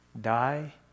die